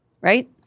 right